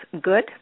good